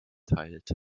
teilt